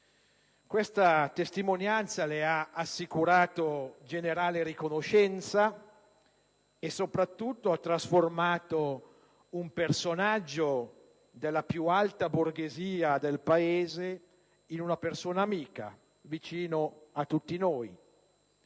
Questa testimonianza le ha assicurato generale riconoscenza e, soprattutto, ha trasformato un personaggio della più alta borghesia del Paese in una persona amica, vicina a tutti noi.